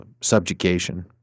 subjugation